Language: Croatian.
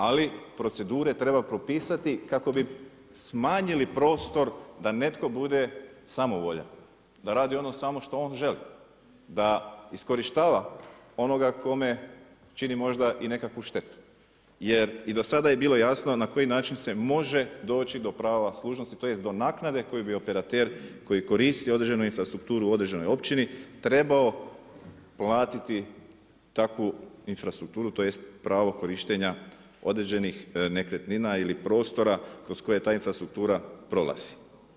Ali procedure treba propisati kako bi smanjili prostor da netko bude samovoljan, da radi ono samo što on želi, da iskorištava onoga kome čini možda i nekakvu štetu jer i do sada je bilo jasno na koji način se može doći do prava služnosti tj. do naknade koju bi operater koji koristi određenu infrastrukturu u određenoj općini trebao platiti takvu infrastrukturu, tj. pravo korištenja određenih nekretnina ili prostora kroz koje ta infrastruktura prolazi.